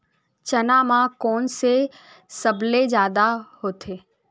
चना म कोन से सबले जादा होथे?